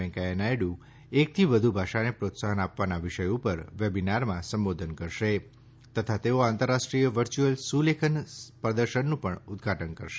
વૈકેંથા નાયડુ એકથી વધુ ભાષાને પ્રોત્સાહન આપવાના વિષય ઉપર વેબિનારમાં સંબોધન કરશે તથા તેઓ આંતરરાષ્ટ્રીય વર્ચ્યુઅલ સુલેખન પ્રદર્શનનું પણ ઉદ્વઘાટન કરશે